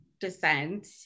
descent